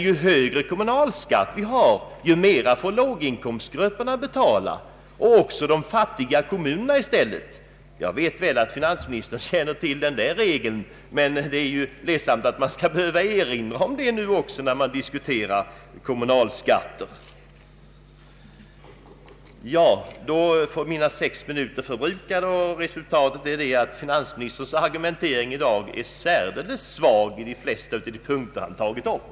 Ju högre kommunalskatt vi har, desto mera får låginkomstgrupperna betala, liksom de fattiga kommunerna. Jag vet väl att finansministern känner till den där regeln, och det är ledsamt att man skall behöva erinra om den vid en diskussion om kommunalskatten. Därmed är, herr talman, mina sex minuter för replik förbrukade. Jag nödgas därför sluta, men vill konstatera att finansministerns argumentering i dag är särdeles svag i de flesta av de punkter han tagit upp.